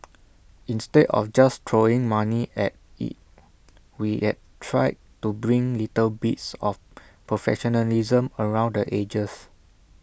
instead of just throwing money at IT we've tried to bring little bits of professionalism around the edges